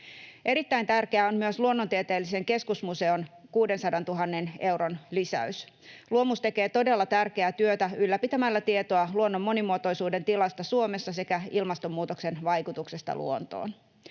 Erittäin tärkeää on myös Luonnontieteellisen keskusmuseon 600 000 euron lisäys. Luomus tekee todella tärkeää työtä ylläpitämällä tietoa luonnon monimuotoisuuden tilasta Suomessa sekä ilmastonmuutoksen vaikutuksesta luontoon.